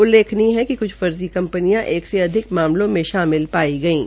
उल्लेखनी है कि फर्जी कंपनियां एक से अधिक मामलों में शामिल पाई गई है